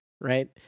right